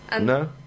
no